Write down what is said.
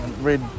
red